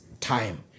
time